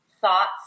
thoughts